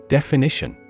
Definition